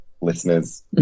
listeners